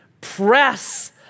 press